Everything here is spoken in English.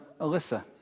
Alyssa